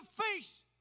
face